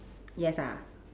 yes ah